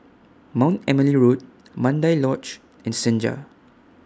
Mount Emily Road Mandai Lodge and Senja